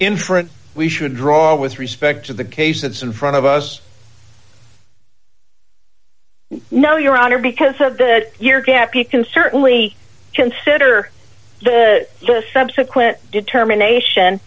inference we should draw with respect to the case that's in front of us no your honor because of the year gap you can certainly consider the subsequent determination